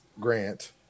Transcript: Grant